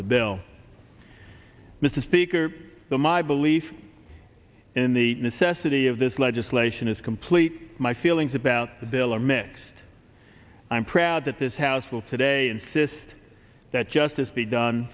the bill mr speaker the my belief in the necessity of this legislation is complete my feelings about the bill are mixed i am proud that this house will today insist that justice be done